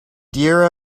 dear